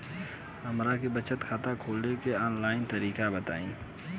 हमरा के बचत खाता खोले के आन लाइन तरीका बताईं?